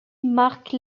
marque